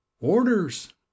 Orders